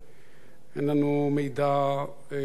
אין לנו מידע שלם,